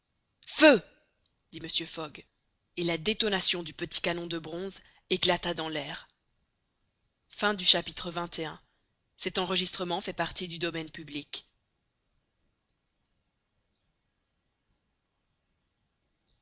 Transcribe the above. feu dit mr fogg et la détonation du petit canon de bronze éclata dans l'air